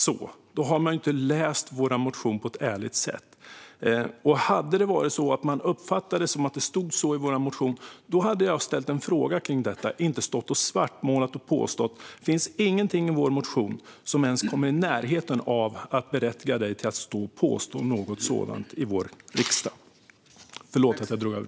Ledamoten kan inte ha läst vår motion på ett ärligt sätt, och hade ledamoten uppfattat att det stod så i vår motion borde hon ha ställt en fråga om det och inte stått här och svartmålat och påstått saker. Det finns inget i vår motion som ens kommer i närheten att berättiga ledamoten att påstå sådant i Sveriges riksdag.